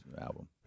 album